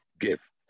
give